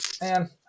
man